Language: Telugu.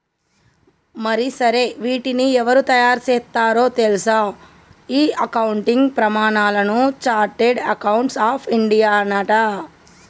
మరి సరే వీటిని ఎవరు తయారు సేత్తారో తెల్సా ఈ అకౌంటింగ్ ప్రమానాలను చార్టెడ్ అకౌంట్స్ ఆఫ్ ఇండియానట